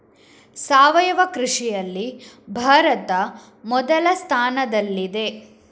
ಸಾವಯವ ಕೃಷಿಯಲ್ಲಿ ಭಾರತ ಮೊದಲ ಸ್ಥಾನದಲ್ಲಿದೆ